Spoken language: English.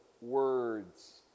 words